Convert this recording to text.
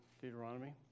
Deuteronomy